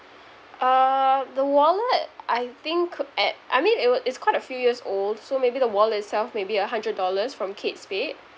uh the wallet I think at I mean it wa~ it's quite a few years old so maybe the wallet itself maybe a hundred dollars from kate spade